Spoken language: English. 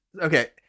okay